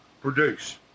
produce